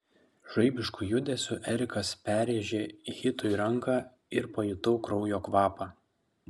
žaibišku judesiu erikas perrėžė hitui ranką ir pajutau kraujo kvapą